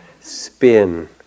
spin